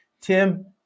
Tim